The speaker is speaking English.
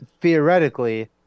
theoretically